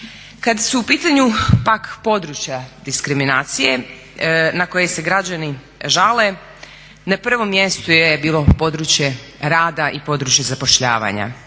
Kad su u pitanju pak područja diskriminacije na koje se građani žale na prvom mjestu je bilo područje rada i područje zapošljavanja.